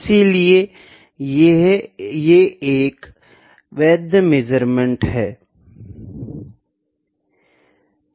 इसीलिए ये एक वैध मेज़रमेंट है